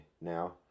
now